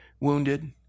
wounded